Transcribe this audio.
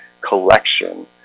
collection